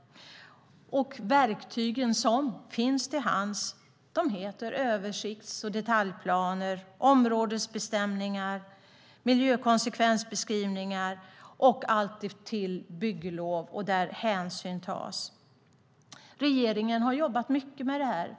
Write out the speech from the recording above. De verktyg som finns till hands heter översikts och detaljplaner, områdesbestämningar, miljökonsekvensbeskrivningar och bygglov där hänsyn tas. Regeringen har jobbat mycket med det här.